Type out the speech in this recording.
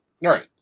Right